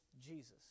Jesus